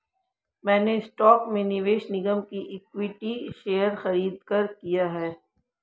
मैंने स्टॉक में निवेश निगम के इक्विटी शेयर खरीदकर किया है